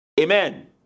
Amen